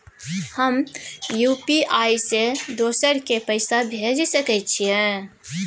हम यु.पी.आई से दोसर के पैसा भेज सके छीयै?